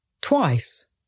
Twice